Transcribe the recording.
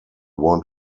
want